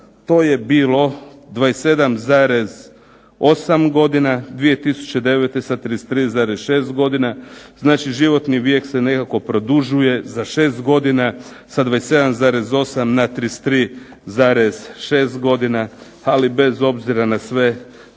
to je bilo 27,8 godina, 2009. sa 33,6 godina, znači životni vijek se nekako produžuje za 6 godina, sa 27,8 na 33,6 godina, ali bez obzira na sve